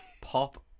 Pop